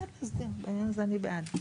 בעניין הזה אני בעד,